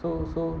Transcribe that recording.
so so